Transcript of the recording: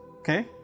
Okay